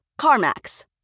CarMax